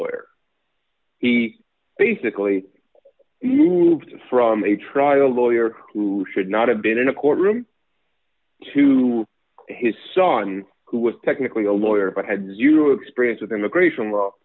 lawyer he basically moved from a trial lawyer who should not have been in a courtroom to his son who was technically a lawyer but had new experience with immigration